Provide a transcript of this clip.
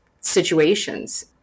situations